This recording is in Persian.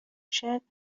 شاید